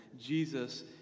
Jesus